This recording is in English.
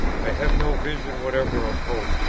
i have no visions whatever of hope,